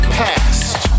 past